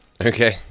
Okay